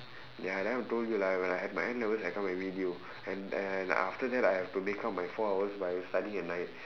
ya then I told you right like when I have my N levels I come and meet you and and after that I have to make up my four hours by studying at night